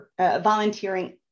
volunteering